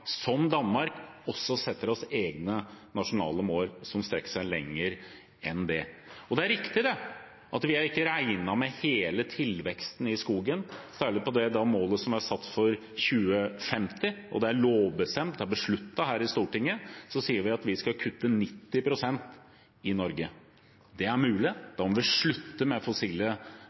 som Danmark – også setter oss egne nasjonale mål, som strekker seg lenger enn det. Det er riktig at vi ikke har regnet med hele tilveksten i skogen, særlig på det målet som er satt for 2050 – som er lovbestemt, det er besluttet her i Stortinget – at vi skal kutte 90 pst. i Norge. Det er mulig. Da må vi slutte med fossile